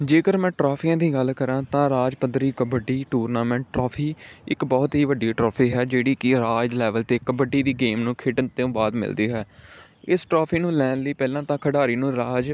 ਜੇਕਰ ਮੈਂ ਟਰੋਫੀਆਂ ਦੀ ਗੱਲ ਕਰਾਂ ਤਾਂ ਰਾਜ ਪੱਧਰੀ ਕਬੱਡੀ ਟੂਰਨਾਮੈਂਟ ਟਰੋਫੀ ਇੱਕ ਬਹੁਤ ਹੀ ਵੱਡੀ ਟਰੋਫੀ ਹੈ ਜਿਹੜੀ ਕਿ ਰਾਜ ਲੈਵਲ 'ਤੇ ਕਬੱਡੀ ਦੀ ਗੇਮ ਨੂੰ ਖੇਡਣ ਤੋਂ ਬਾਅਦ ਮਿਲਦੀ ਹੈ ਇਸ ਟਰੋਫੀ ਨੂੰ ਲੈਣ ਲਈ ਪਹਿਲਾਂ ਤਾਂ ਖਿਡਾਰੀ ਨੂੰ ਰਾਜ